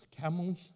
camels